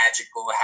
magical